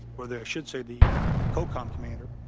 or the. i should say the cocom commander,